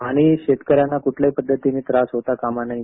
आणि शेतकऱ्यांना कुठल्याही पध्दतीचा त्रास होता कामा नये